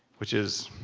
which is.